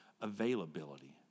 Availability